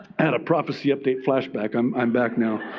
and a prophecy update flashback. i'm i'm back now.